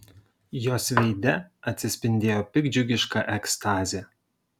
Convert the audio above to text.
jos veide atsispindėjo piktdžiugiška ekstazė